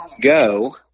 go